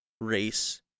race